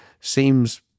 seems